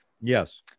yes